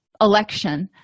election